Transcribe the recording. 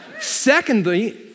Secondly